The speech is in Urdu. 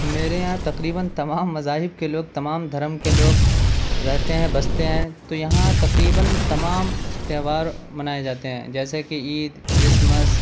میرے یہاں تقریباً تمام مذاہب کے لوگ تمام دھرم کے لوگ رہتے ہیں بستے ہیں تو یہاں تقریباً تمام تہوار منائے جاتے ہیں جیسے کہ عید کرسمس